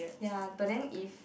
ya but then if